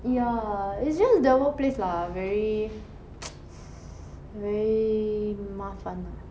ya it's just the workplace lah very very mafan